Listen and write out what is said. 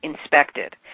inspected